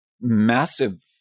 massive